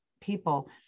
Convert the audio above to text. people